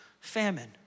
famine